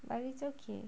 but it's okay